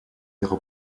ihre